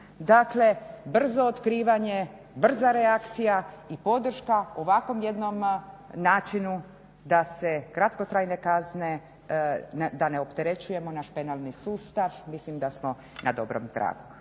Dakle, brzo otkrivanje, brza reakcija i podrška ovakvom jednom načinu da se kratkotrajne kazne, da ne opterećujemo naš penalni sustav, mislim da smo na dobrom tragu.